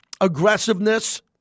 aggressiveness